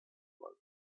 float